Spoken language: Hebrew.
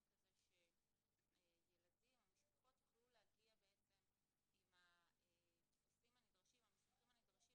כזה שילדים או משפחות יוכלו להגיע עם המסמכים הנדרשים